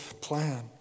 plan